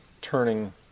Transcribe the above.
turning